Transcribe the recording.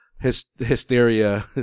hysteria